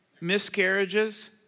Miscarriages